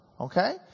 Okay